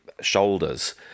shoulders